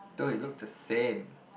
though it looks the same